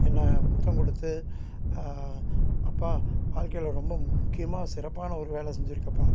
என்ன முத்தம் கொடுத்து அப்பா வாழ்க்கையில ரொம்ப முக்கியமாக சிறப்பான ஒரு வேலை செஞ்சுருக்கப்பா